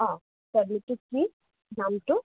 টেবলেটটো কি নামটো